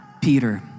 Peter